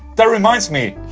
that reminds me.